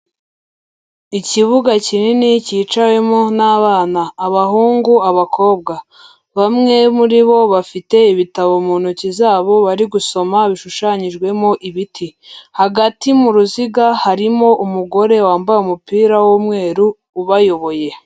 Ikibuga kinini cyicawemo n'abana abahungu, abakobwa, bamwe muri bo bafite ibitabo mu ntoki zabo bari gusoma bishushanyijwemo ibiti, hagati mu ruziga harimo umugore wambaye umupira w'umweru ubayoboye.